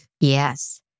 Yes